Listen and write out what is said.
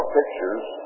pictures